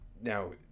Now